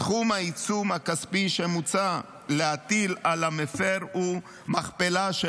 סכום העיצום הכספי שמוצע להטיל על המפר הוא מכפלה של